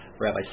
Rabbi